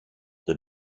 the